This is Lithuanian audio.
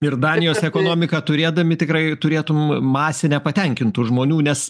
ir danijos ekonomiką turėdami tikrai turėtum masę nepatenkintų žmonių nes